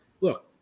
look